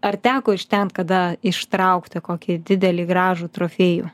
ar teko iš ten kada ištraukti kokį didelį gražų trofėjų